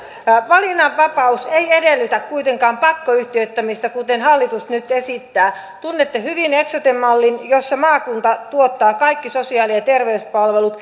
valinnanvapaus ei edellytä kuitenkaan pakkoyhtiöittämistä kuten hallitus nyt esittää tunnette hyvin eksote mallin jossa maakunta tuottaa kaikki sosiaali ja terveyspalvelut